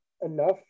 enough